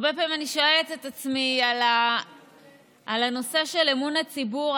הרבה פעמים אני שואלת את עצמי על הנושא של אמון הציבור,